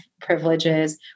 privileges